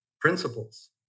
principles